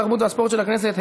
התרבות והספורט של הכנסת),